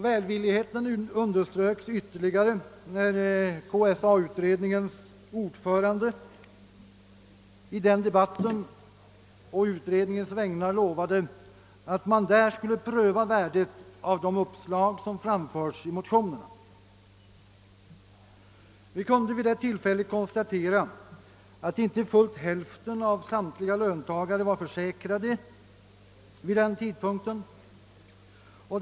Välvilligheten underströks ytterligare när KSA-utredningens ordförande i debatten å utredningens vägnar lovade att man skulle pröva värdet av de uppslag som framförts i motionerna. Vi kunde vid detta tillfälle konstatera, att inte fullt hälften av samtliga löntagare vid denna tidpunkt var försäkrade.